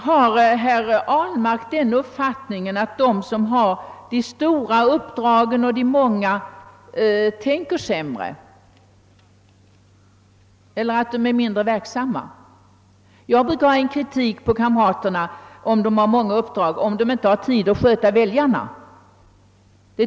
Har herr Ahlmark den uppfattningen, att de som har stora och många uppdrag tänker sämre? Eller att de är mindre verksamma? Jag brukar rikta kritik mot kamraterna, om de har så många uppdrag att de inte har tid att sköta väljarna.